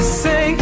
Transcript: say